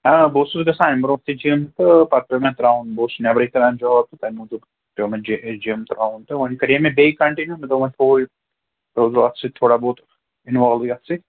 آ بہٕ اوسُس گژھان اَمہِ برٛونٛہہ تہِ جِم تہٕ پَتہٕ پٮ۪و مےٚ ترٛاوُن بہٕ اوسُس نٮ۪برٕے کَران جاب تہٕ تَمہِ موٗجوٗب پٮ۪و جے مےٚ جِم ترٛاوُن تہٕ وۅنۍ کَریے مےٚ بیٚیہِ کَنٹِنیوٗ مےٚ دوٚپ وۄنۍ تھوو روزو اَتھ سۭتۍ تھوڑا بہت اِنوالو یَتھ سۭتۍ